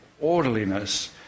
orderliness